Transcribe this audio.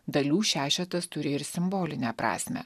dalių šešetas turi ir simbolinę prasmę